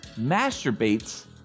masturbates